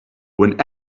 when